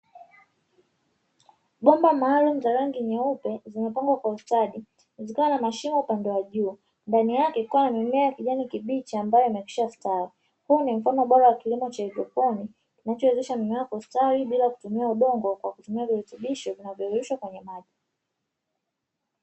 Bomba maalumu za rangi nyeupe, zimepangwa kwa ustadi zikiwa na mashimo upande wa juu, ndani yake kukiwa na mimea ya kijani kibichi ambayo imekwishastawi. Huu ni mfano bora wa kilimo cha haidroponi, kinachowezesha mimea kustawi bila kutumia udongo, kwa kutumia virutubisho vinavyoyeyushwa kwenye maji.